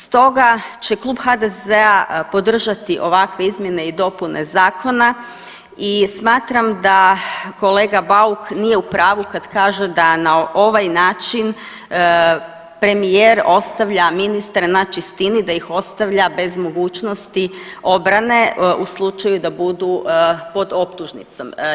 Stoga će Klub HDZ-a podržati ovakve izmjene i dopune zakona i smatram da kolega Bauk nije u pravu kad kaže da na ovaj način premijer ostavlja ministre na čistini, da ih ostavlja bez mogućnosti obrane u slučaju da budu pod optužnicom.